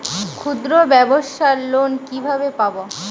ক্ষুদ্রব্যাবসার লোন কিভাবে পাব?